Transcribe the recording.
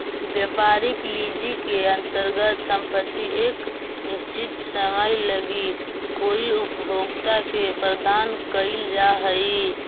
व्यापारिक लीज के अंतर्गत संपत्ति एक निश्चित समय लगी कोई उपभोक्ता के प्रदान कईल जा हई